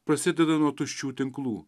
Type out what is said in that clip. prasideda nuo tuščių tinklų